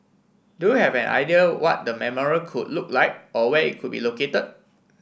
do you have an idea what the memorial could look like or where it could be located